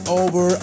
over